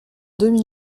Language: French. demi